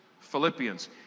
Philippians